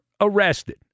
arrested